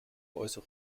äußere